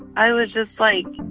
i was just like,